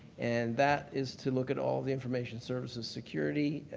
and that is to look at all of the information services security,